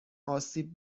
آسیب